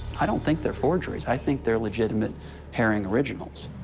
i don't think they're forgeries. i think they're legitimate haring originals.